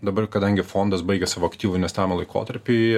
dabar kadangi fondas baigia savo aktyvų investavimo laikotarpį